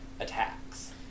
attacks